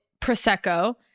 Prosecco